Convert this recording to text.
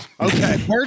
Okay